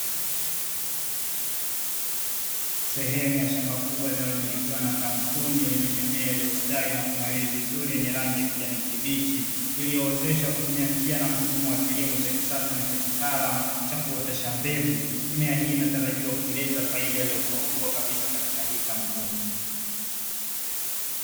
Sehemu ya shamba kubwa inayo milikiwa na kampuni lenye mimea iliyostawi na kunawiri vizuri yenye rangi ya kijani kibichi, iliyo oteshwa kwa kutumia njia na mfumo wa kilimo cha kisasa cha kitaalamu cha kuotesha mbegu. Mimea hii inatarajia kuleta faida iliyo kuwa kubwa kabisa katika hii kampuni.